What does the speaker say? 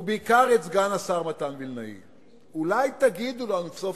ובעיקר את סגן השר מתן וילנאי: אולי תגידו לנו סוף-סוף,